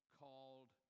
called